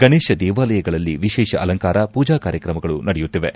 ಗಣೇಶ ದೇವಾಲಯಗಳಲ್ಲಿ ವಿಶೇಷ ಅಲಂಕಾರ ಪೂಜಾ ಕಾರಕ್ಷಮಗಳು ನಡೆಯುತ್ತಿವೆ